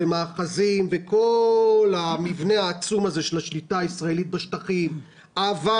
מאחזים וכל המבנה העצום הזה של השליטה הישראלית בשטחים עבר